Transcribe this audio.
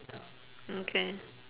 okay